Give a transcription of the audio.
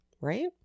right